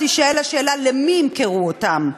תישאל השאלה: למי ימכרו אותן?